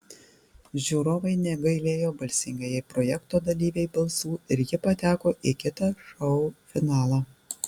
žiūrovai negailėjo balsingajai projekto dalyvei balsų ir ji pateko į kitą šou finalą